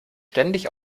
ständig